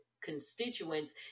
constituents